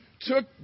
took